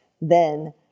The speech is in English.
then-